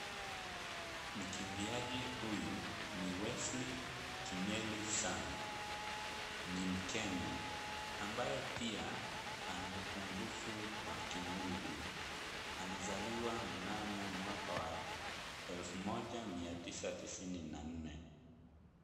Mkimbiaji huyu ni Wesley Kimeli Sang. Ni mkenya ambaye pia ana upungufu wa kimwili. Alizaliwa mnamo mwaka wa elfu moja mia tisa tisini na nne.